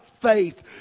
faith